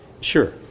sure